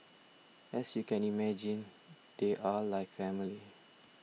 as you can imagine they are like family